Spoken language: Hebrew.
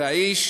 והאיש